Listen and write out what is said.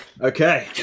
Okay